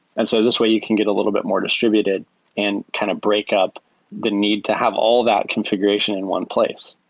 and so this way, you can get a little bit more distributed and kind of break up the need to have all that configuration in one place.